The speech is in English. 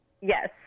Yes